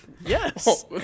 Yes